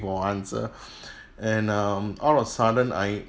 for answer and um all of a sudden I